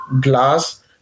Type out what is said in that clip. glass